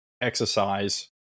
exercise